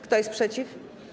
Kto jest przeciw?